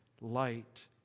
light